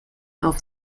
auf